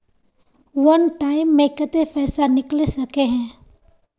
वन time मैं केते पैसा निकले सके है?